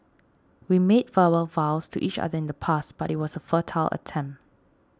we made verbal vows to each other in the past but it was a futile attempt